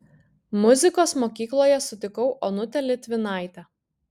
muzikos mokykloje sutikau onutę litvinaitę